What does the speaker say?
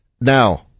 Now